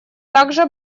также